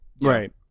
right